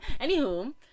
anywho